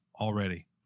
already